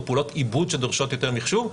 או פעולות עיבוד שדורשות יותר מחשוב.